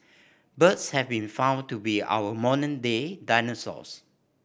birds have been found to be our modern day dinosaurs